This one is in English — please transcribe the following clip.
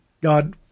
God